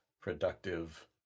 productive